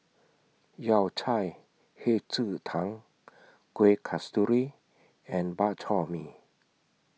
Yao Cai Hei Ji Tang Kuih Kasturi and Bak Chor Mee